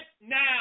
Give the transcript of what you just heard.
now